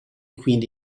quindi